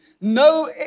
No